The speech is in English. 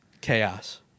Chaos